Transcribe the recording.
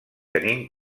tenint